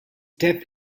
death